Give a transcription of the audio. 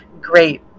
great